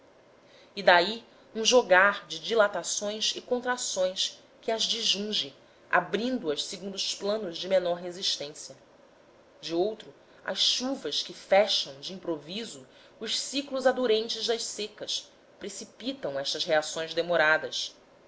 e daí um jogar de dilatações e contrações que as disjunge abrindo as segundo os planos de menor resistência de outro as chuvas que fecham de improviso os ciclos adurentes das secas precipitam estas reações demoradas